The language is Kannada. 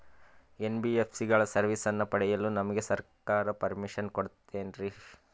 ಎನ್.ಬಿ.ಎಸ್.ಸಿ ಗಳ ಸರ್ವಿಸನ್ನ ಪಡಿಯಲು ನಮಗೆ ಸರ್ಕಾರ ಪರ್ಮಿಷನ್ ಕೊಡ್ತಾತೇನ್ರೀ?